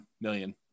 million